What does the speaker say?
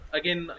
again